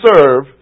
serve